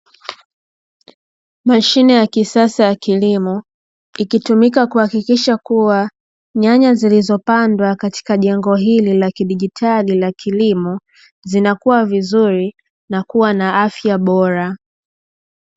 Mashine ya kisasa ya kilimo ikitumika kuhakikisha kuwa nyanya zilizopandwa katika jengo hili la kidigitali la kilimo zinakua vizuri na kuwa na afya bora.